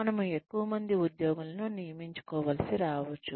మనము ఎక్కువ మంది ఉద్యోగులను నియమించుకోవలసి రావచ్చు